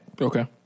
Okay